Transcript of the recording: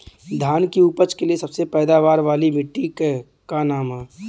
धान की उपज के लिए सबसे पैदावार वाली मिट्टी क का नाम ह?